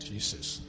Jesus